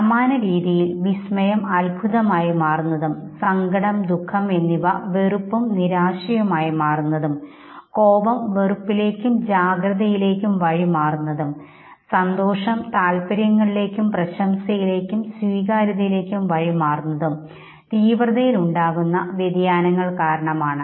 സമാനരീതിയിൽ വിസ്മയം അത്ഭുതമായി മാറുന്നതും സങ്കടം ദുഃഖം എന്നിവ വെറുപ്പും നിരാശയും ആയി മാറുന്നതും കോപം വെറുപ്പിലേക്കും ജാഗ്രതയിലേക്കും വഴി മാറുന്നതും സന്തോഷം താൽപ്പര്യങ്ങളിലേക്കും പ്രശംസയിലേക്കും സ്വീകാര്യതയിലേക്കും വഴി മാറുന്നതും തീവ്രതയിൽ ഉണ്ടാകുന്ന വ്യതിയാനങ്ങൾ കാരണമാണ്